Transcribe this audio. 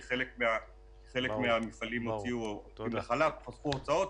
כי חלק מהמפעלים הוציאו עובדים לחל"ת,